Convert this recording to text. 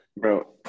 Bro